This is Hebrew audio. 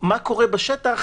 מה קורה בשטח,